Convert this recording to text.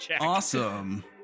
awesome